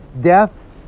death